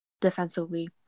defensively